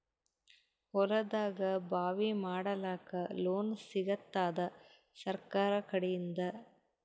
ಹೊಲದಾಗಬಾವಿ ಮಾಡಲಾಕ ಲೋನ್ ಸಿಗತ್ತಾದ ಸರ್ಕಾರಕಡಿಂದ?